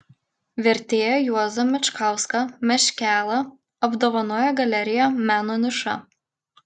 vertėją juozą mečkauską meškelą apdovanojo galerija meno niša